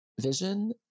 vision